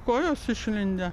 kojos išlindę